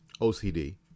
OCD